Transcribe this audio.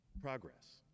progress